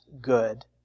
good